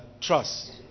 Trust